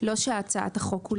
לא שהצעת החוק כולה.